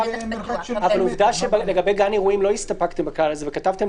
עובדה שלגבי גן אירועים לא הסתפקתם וכתבתם